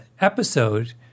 episode